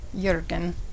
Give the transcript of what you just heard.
Jurgen